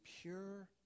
pure